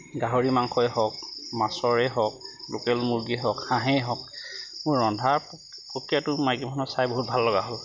গাহৰি মাংসই হওক মাছৰে হওক লোকেল মূৰ্গী হওক হাঁহেই হওক মোৰ ৰন্ধাৰ প্ৰক্ৰিয়াটো মাইকী মানুহৰ চাই বহুত ভাল লগা হ'ল